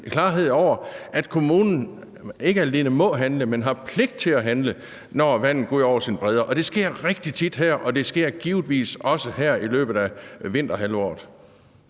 klarhed over, at kommunen ikke alene må, men har pligt til at handle, når vandet går ud over sine bredder, og det sker rigtig tit her, og det sker givetvis også her i løbet af i vinterhalvåret.